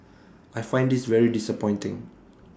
I find this very disappointing